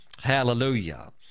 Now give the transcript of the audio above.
hallelujah